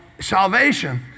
salvation